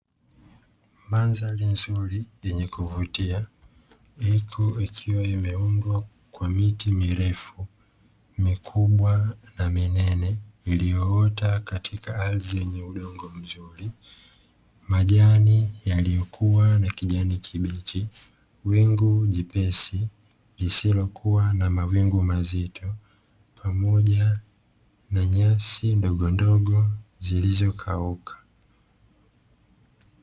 Mandhari nzuri yenye kuvutia iliyoundwa kwa miti mirefu mikubwa na minene iliyoota katika ardhi yennye udongo mzuri ukiwa na majani yenye kijani kibichi katika zuri la bluu lisilo na mawingu.